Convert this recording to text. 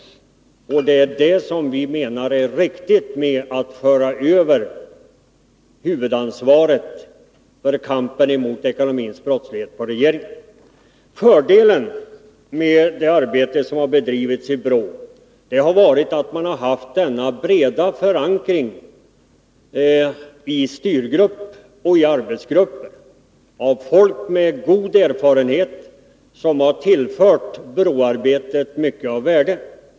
Det är därför vi menar att det är riktigt att föra över huvudansvaret för kampen mot ekonomisk brottslighet på regeringen. Fördelen med det arbete som bedrivits i BRÅ har varit att man har haft en bred förankring — i styrgrupp och i arbetsgrupper — genom folk med god erfarenhet, som har tillfört BRÅ-arbetet mycket av värde.